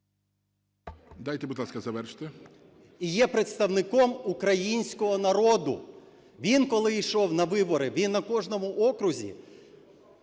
Дайте, будь ласка, завершити. ПАПІЄВ М.М. … і є представником українського народу. Він, коли йшов на вибори, він на кожному окрузі